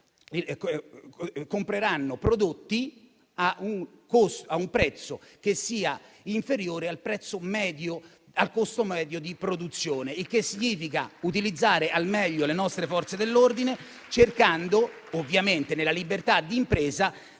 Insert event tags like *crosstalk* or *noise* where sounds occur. compreranno prodotti a un prezzo che sia inferiore al costo medio di produzione. *applause* Il che significa utilizzare al meglio le nostre Forze dell'ordine, cercando, ovviamente nella libertà di impresa,